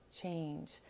change